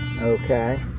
Okay